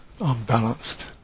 unbalanced